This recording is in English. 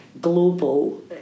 global